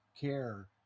care